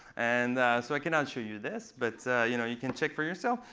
and so i cannot show you this. but you know you can check for yourself.